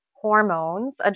hormones